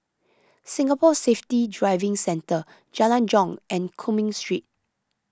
Singapore Safety Driving Centre Jalan Jong and Cumming Street